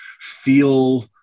feel